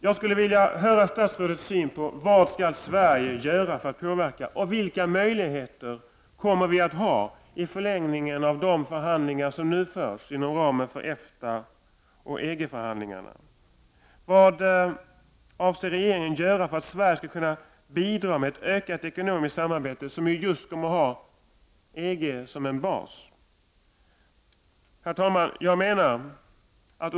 Jag skulle vilja höra statsrådets syn på vad Sverige skall göra för att påverka och vilka möjligheter vi kommer att ha i förlängningen av de förhandlingar som nu förs inom ramen för EFTA och EG-förhandlingarna. Vad avser regeringen att göra för att Sverige skall kunna bidra till ett ökat ekonomiskt samarbete som kommer att ha just EG som bas?